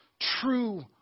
true